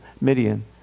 Midian